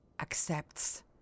accepts